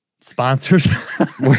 sponsors